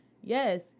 yes